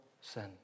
sin